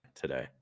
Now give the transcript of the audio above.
Today